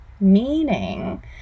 Meaning